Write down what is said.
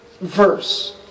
verse